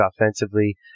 offensively